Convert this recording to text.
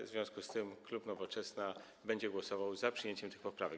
W związku z tym klub Nowoczesna będzie głosował za przyjęciem tych poprawek.